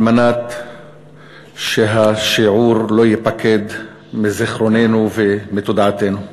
על מנת שהשיעור לא ייפקד מזיכרוננו ומתודעתנו.